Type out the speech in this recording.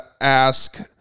ask